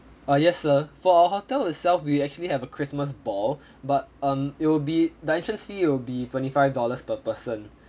ah yes sir for our hotel itself we actually have a christmas ball but um it'll be the entrance fee will be twenty five dollars per person